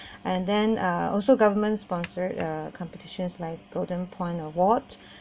and then uh also government sponsored uh competitions like golden point award